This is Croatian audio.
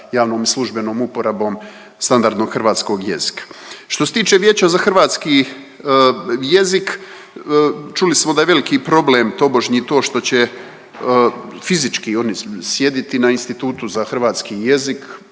javnom i službenom uporabom standardnog hrvatskog jezika. Što se tiče Vijeća za hrvatski jezik čuli smo da je veliki problem tobošnji to što će fizički oni sjetiti na Institutu za hrvatski jezik.